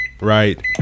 right